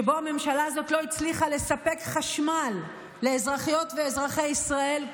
שבו הממשלה הזאת לא הצליחה לספק חשמל לאזרחי ואזרחיות ישראל,